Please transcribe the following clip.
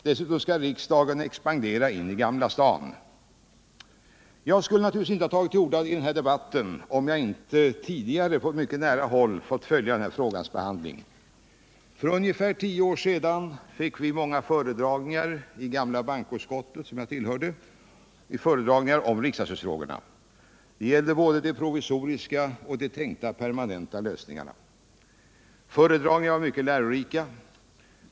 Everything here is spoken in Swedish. Dessutom skall riksdagen expandera in i Gamla stan. Jag skulle naturligtvis inte ha tagit till orda i den här debatten om jag inte tidigare på mycket nära håll fått följa denna frågas behandling. För ungefär tio år sedan fick vi många föredragningar i gamla bankoutskottet, som jag Sikt frågor på längre frågor på längre Sikt tillhörde, om riksdagshusfrågorna. Det gällde både de provisoriska och de . tänkta permanenta lösningarna. Föredragningarna var mycket lärorika.